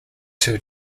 two